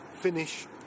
finish